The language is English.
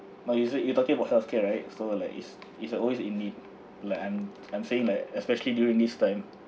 but is it you talking about health care right so like it's it's uh always in need like I'm I'm saying like especially during this time